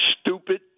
stupid